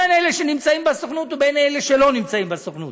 בין אלה שנמצאים בסוכנות ובין אלה שלא נמצאים בסוכנות,